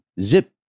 Zip